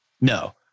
No